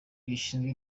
gishinzwe